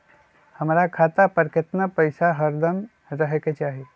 हमरा खाता पर केतना पैसा हरदम रहे के चाहि?